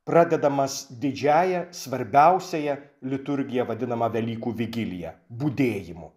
pradedamas didžiąja svarbiausiąja liturgija vadinama velykų vigilija budėjimu